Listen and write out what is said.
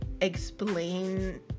explain